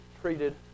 treated